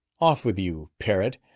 off with you parrot!